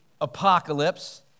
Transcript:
apocalypse